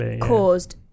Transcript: caused